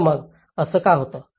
तर मग असं का होतं